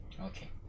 Okay